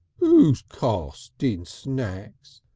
who's casting snacks!